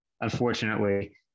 unfortunately